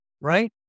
Right